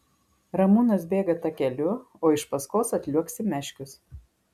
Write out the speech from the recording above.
ramūnas bėga takeliu o iš paskos atliuoksi meškius